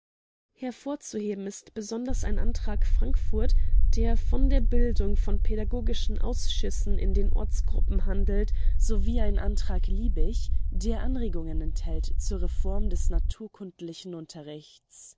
hervorzuheben ist besonders ein antrag frankfurt der von der bildung von pädagogischen ausschüssen in den ortsgruppen handelt sowie ein antrag liebich der anregungen enthält zur reform des naturkundlichen unterrichts